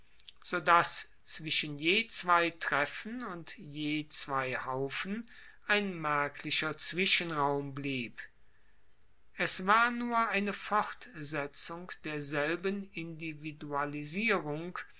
dass zwischen je zwei treffen und je zwei haufen ein merklicher zwischenraum blieb es war nur eine fortsetzung derselben individualisierung